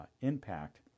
impact